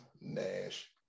Nash